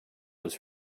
was